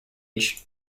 age